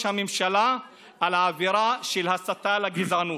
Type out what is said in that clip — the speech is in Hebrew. הממשלה על האווירה של הסתה לגזענות.